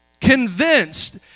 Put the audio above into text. convinced